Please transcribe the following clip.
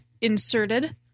inserted